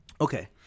Okay